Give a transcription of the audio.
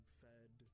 fed